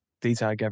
detail